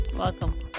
Welcome